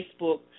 Facebook